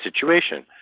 situation